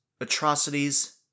atrocities